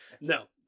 No